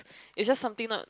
it's just something not